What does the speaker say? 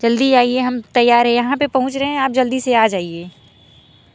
जल्दी आइए हम तैयार हैं यहाँ पर पहुँच रहे हैं आप जल्दी से आ जाइए